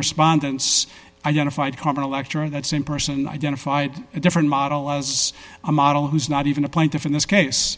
respondents identified cardinal lecturer that's in person identified a different model as a model who's not even a plaintiff in this case